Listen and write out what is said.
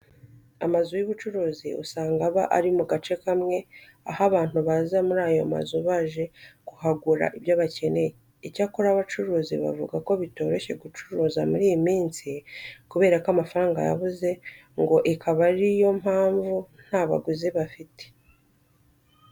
Amazu y'ubucuruzi usanga aba ari mu gace kamwe, aho abantu baza muri ayo mazu baje kuhagura ibyo bakeneye. Icyakora abacuruzi bavuga ko bitoroshye gucuruza muri iyi minsi kubera ko amafaranga yabuze ngo ikaba ari yo mpamvu nta baguzi bafite.